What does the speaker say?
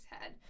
head